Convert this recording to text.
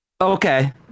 Okay